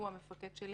הוא המפקד שלי